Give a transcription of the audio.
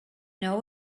know